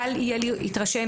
וקל יהיה להתרשם